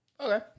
okay